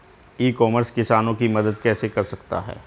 ई commerce किसानों की मदद कैसे कर सकता है?